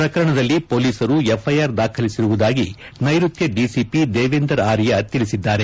ಪ್ರಕರಣದಲ್ಲಿ ಪೊಲೀಸರು ಎಫ್ಐಆರ್ ದಾಖಲಿಸಿರುವುದಾಗಿ ನೈಋತ್ವ ಡಿಸಿಪಿ ದೇವೇಂದರ್ ಆರ್ತ ತಿಳಿಸಿದ್ದಾರೆ